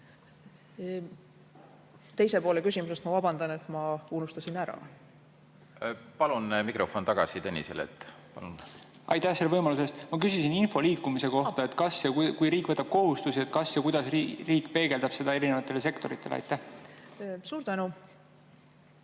Teise poole küsimusest ma – vabandust! – unustasin ära. Palun mikrofon tagasi Tõnisele! Aitäh selle võimaluse eest! Ma küsisin info liikumise kohta. Kui riik võtab kohustusi, siis kas ja kuidas riik peegeldab seda erinevatele sektoritele? Aitäh